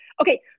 okay